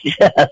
Yes